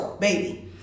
baby